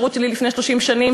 בשירות שלי לפני 30 שנים,